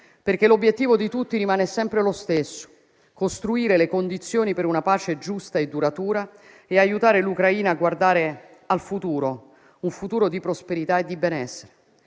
perché l'obiettivo di tutti rimane sempre lo stesso: costruire le condizioni per una pace giusta e duratura e aiutare l'Ucraina a guardare al futuro, un futuro di prosperità e di benessere.